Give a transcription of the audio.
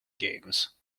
games